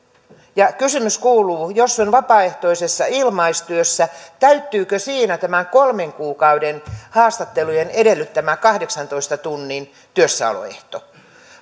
ja kysymys kuuluu jos on vapaaehtoisessa ilmaistyössä täyttyykö siinä tämä kolmen kuukauden haastattelujen edellyttämä kahdeksantoista tunnin työssäoloehto